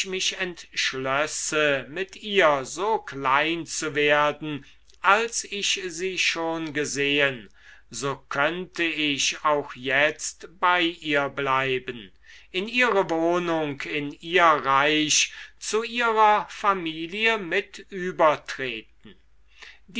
mich entschlösse mit ihr so klein zu werden als ich sie schon gesehen so könnte ich auch jetzt bei ihr bleiben in ihre wohnung in ihr reich zu ihrer familie mit